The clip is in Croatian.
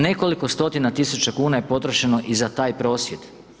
Nekoliko stotina tisuća kuna je potrošeno i za tja prosvjed.